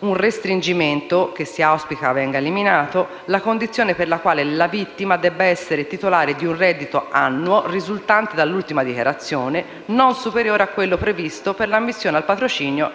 un restringimento, che si auspica venga eliminato, la condizione per la quale la vittima debba essere titolare di un reddito annuo, risultante dall'ultima dichiarazione, non superiore a quello previsto per l'ammissione al patrocinio a